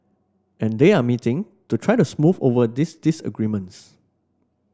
and they are meeting to try to smooth over these disagreements